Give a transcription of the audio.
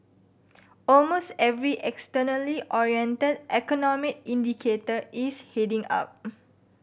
almost every externally oriented economic indicator is heading up